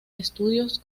estudios